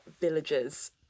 villages